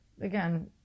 Again